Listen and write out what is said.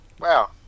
Wow